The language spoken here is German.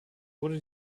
wurde